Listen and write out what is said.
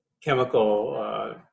chemical